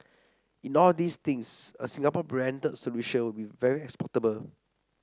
in all these things a Singapore branded solution will be very exportable